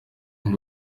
amb